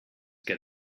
get